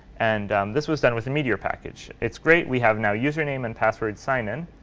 and this was done with the meteor package. it's great. we have now username and password sign in.